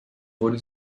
wurde